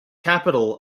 capital